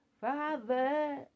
Father